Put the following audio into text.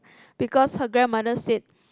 because her grandmother said